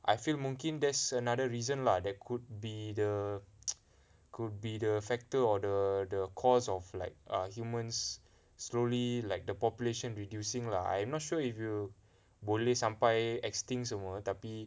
I feel mungkin that's another reason lah there could be the could be the factor or the the cause of like err humans slowly like the population reducing lah I'm not sure if you boleh sampai extinct semua tapi